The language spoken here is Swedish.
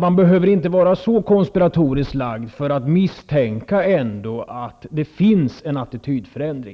Man behöver inte vara särskilt konspiratoriskt lagd för att misstänka att det ändå finns en attitydförändring.